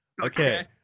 okay